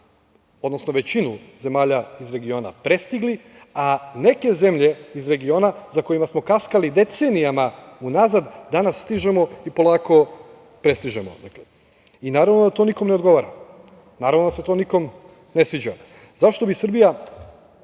odnosno većinu zemalja iz regiona prestigli, a neke zemlje iz regiona za kojima smo kaskali decenijama unazad danas stižemo i polako prestižemo. Naravno da to nikom ne odgovara, naravno da se to nikom ne sviđa. Zašto bi Srbija